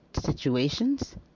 situations